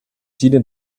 jena